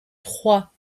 trois